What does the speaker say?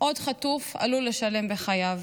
עוד חטוף עלול לשלם בחייו.